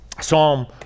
Psalm